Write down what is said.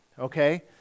okay